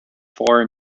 four